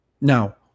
Now